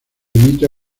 emite